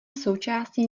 součástí